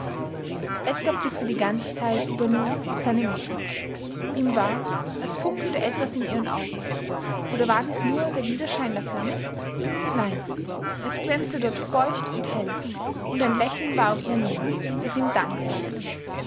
edgar blickte die ganze zeit über nur auf seine mutter ihm war als funkelte etwas in ihren augen oder war dies nur der widerschein der flamme nein es glänzte dort feucht und hell und ein lächeln war um ihren mund das ihm dank sagte